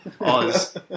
Oz